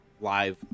live